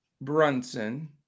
Brunson